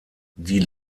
die